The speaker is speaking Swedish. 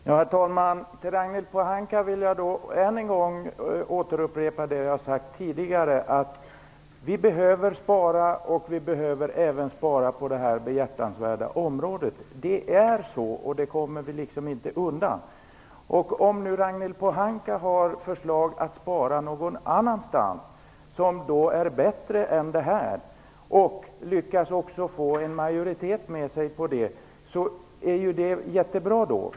Herr talman! Till Ragnhild Pohanka vill jag än en gång upprepa det jag tidigare har sagt, att vi behöver spara och vi behöver även spara på detta behjärtansvärda område. Det är så, och det kommer vi liksom inte undan. Om nu Ragnhild Pohanka har ett bättre förslag om att spara någon annanstans och lyckas få majoritet för det, så är det ju jättebra.